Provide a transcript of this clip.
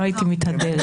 לא הייתי מתהדרת.